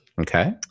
Okay